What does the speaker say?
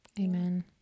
Amen